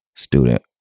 Student